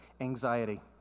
anxiety